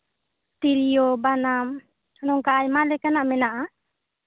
ᱛᱤᱨᱭᱳ ᱵᱟᱱᱟᱢ ᱱᱚᱝᱠᱟ ᱟᱭᱢᱟ ᱞᱮᱠᱟᱱᱟᱜ ᱢᱮᱱᱟᱜᱼᱟ